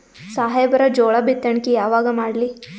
ಸಾಹೇಬರ ಜೋಳ ಬಿತ್ತಣಿಕಿ ಯಾವಾಗ ಮಾಡ್ಲಿ?